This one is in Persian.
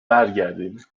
برگردیم